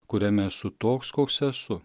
kuriame esu toks koks esu